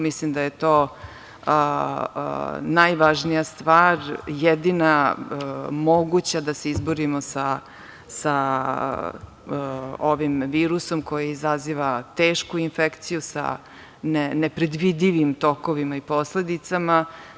Mislim da je to najvažnija stvar, jedina moguća da se izborimo sa ovim virusom koji izaziva tešku infekciju, sa nepredvidivim tokovima i posledicama.